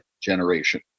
generation